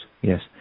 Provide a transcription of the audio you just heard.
yes